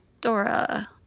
Dora